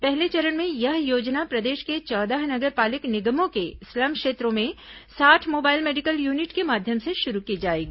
पहले चरण में यह योजना प्रदेश के चौदह नगर पालिक निगमों के स्लम क्षेत्रों में साठ मोबाइल मेडिकल यूनिट के माध्यम से शुरू की जाएगी